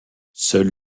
seul